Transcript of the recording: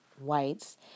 whites